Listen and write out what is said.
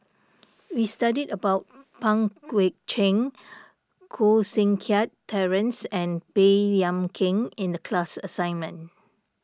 we studied about Pang Guek Cheng Koh Seng Kiat Terence and Baey Yam Keng in the class assignment